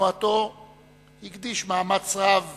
בתנועתו הקדיש מאמץ רב